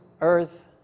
earth